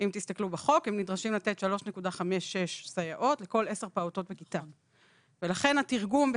חוק מעונות יום שיקומיים, וככה הולכת שיטת התקצוב.